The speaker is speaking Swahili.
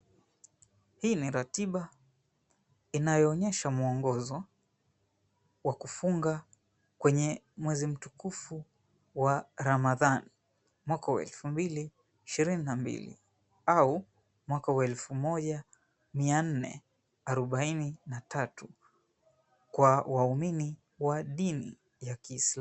Hii ni ratiba inayoonyesha mwongozo wa kufunga kwenye mwezi mtukufu wa Ramadhani mwaka wa 2022 au mwaka wa 1443 kwa waumini wa dini ya kislamu.